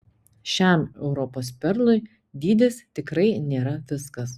šiam europos perlui dydis tikrai nėra viskas